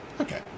Okay